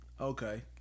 Okay